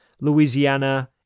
Louisiana